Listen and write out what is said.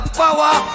power